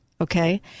okay